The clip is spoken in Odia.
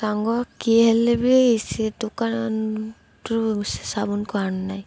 ସାଙ୍ଗ କିଏ ହେଲେ ବି ସେ ଦୋକାନରୁୁ ସେ ସାବୁନ କୁ ଆଣୁ ନାଇଁ